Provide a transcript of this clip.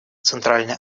центральной